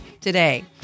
today